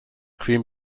cream